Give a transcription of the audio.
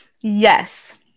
Yes